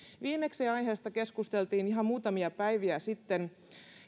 viimeksi aiheesta keskusteltiin ihan muutamia päiviä sitten